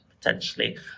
potentially